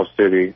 city